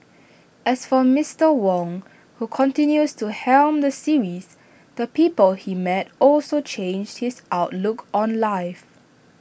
as for Mister Wong who continues to helm the series the people he met also changed his outlook on life